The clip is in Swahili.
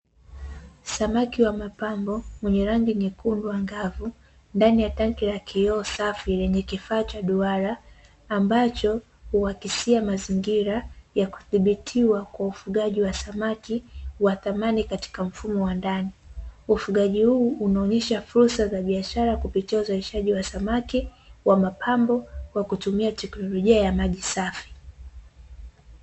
Samaki wa mapambo wenye rangi nyekundu angavu, ndani ya tanki la kioo safi lenye kifaa cha duara ambacho huakisia mazingira ya kudhibitiwa kwa ufugaji wa samaki wa thamani katika mfumo wa ndani. Ufugaji huu unaonyesha fursa za biashara kupitia uzalishaji wa samaki wa mapambo kwa kutumia teknolojia ya maji safi.